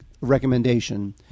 recommendation